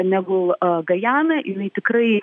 negu gajana jinai tikrai